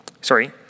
sorry